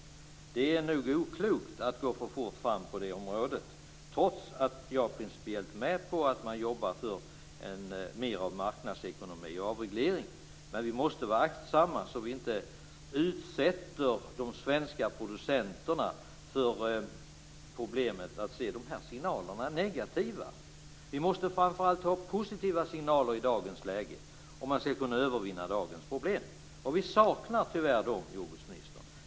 Det är nog oklokt att gå för fort fram på det området, trots att jag principiellt är med på att man jobbar för mer av marknadsekonomi och avreglering. Vi måste vara aktsamma så att vi inte utsätter de svenska producenterna för problemet att de ser de här signalerna som negativa. Vi måste framför allt ha positiva signaler i dagens läge om man skall kunna övervinna de nuvarande problemen. Och vi saknar tyvärr dessa, jordbruksministern.